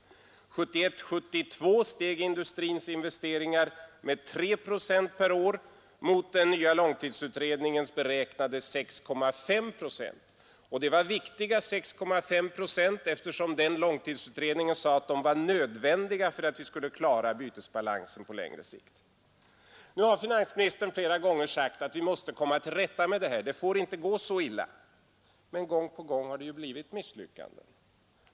1971—1972 steg industrins investeringar med 3 procent per år mot den nya långtidsutredningens beräknade 6,5 procent. Det var viktiga 6,5 procent eftersom den långtidsutredningen sade att de var nödvändiga för att vi skulle klara bytesbalansen på längre sikt. Nu har finansministern flera gånger sagt att vi måste komma till rätta med det här, det får inte gå så illa. Men gång på gång har det ju blivit misslyckanden.